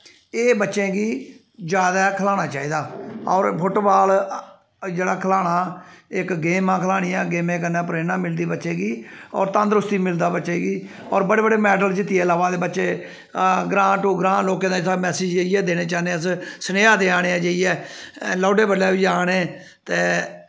एह् बच्चें गी जैदा खलाना चाहिदा होर फुट्ट बॉल जेह्ड़ा खलाना इक्क गेमां खलानियां गेमें कन्नै प्रेरणा मिलदी बच्चें गी होर तंदरुस्ती मिलदा बच्चें गी होर बड़े बड़े मैडल जित्तियै लेआवा दे बच्चे ग्रांऽ टू ग्रांऽ लोकें गी इ'यै मैसेज देना चाह्न्ने अस स्नेआ देआ न आं जाइयै लाऊड़ बड्डलै बी जा न ते